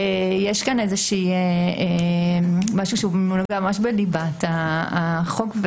יש כאן משהו שהוא ממש בליבת החוק.